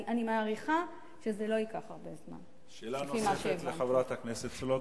אני מעריכה שזה לא ייקח הרבה זמן, ממה שהבנתי.